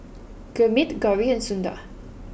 Gurmeet Gauri and Sundar